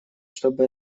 чтобы